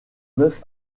neuf